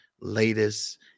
latest